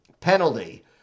penalty